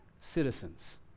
citizens